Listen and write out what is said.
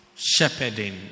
shepherding